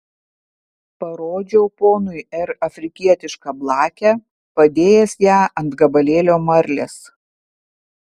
parodžiau ponui r afrikietišką blakę padėjęs ją ant gabalėlio marlės